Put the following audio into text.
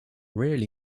really